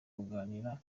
kuganira